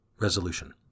resolution